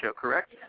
correct